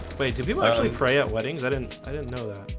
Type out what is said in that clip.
wait, if you actually pray at weddings, i didn't i didn't know that.